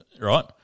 right